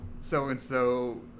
so-and-so